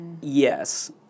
Yes